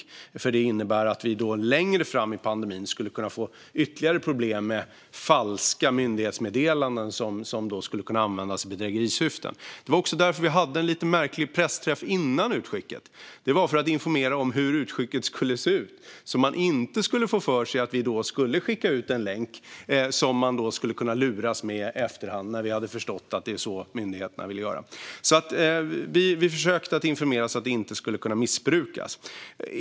Det hade kunnat innebära att vi längre fram i pandemin skulle kunna få ytterligare problem med falska myndighetsmeddelanden som skulle kunna användas i bedrägerisyfte. Det var också därför vi hade en lite märklig pressträff innan utskicket för att informera om hur utskicket skulle se ut, så att ingen skulle få för sig att vi skulle skicka ut en länk som man skulle kunna luras med i efterhand när man förstått att det var så myndigheterna ville göra. Vi försökte alltså informera så att detta inte skulle kunna missbrukas.